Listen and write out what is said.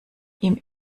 ihm